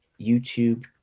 YouTube